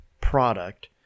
product